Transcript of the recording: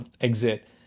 exit